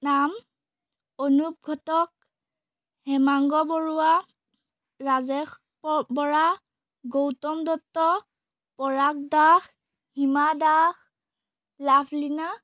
নাম অনুপ ঘটক হেমাংগ বৰুৱা ৰাজেশ বৰা গৌতম দত্ত পৰাগ দাস হিমা দাস লাভলীনা